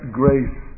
grace